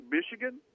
Michigan